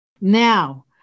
Now